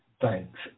Thanks